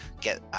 get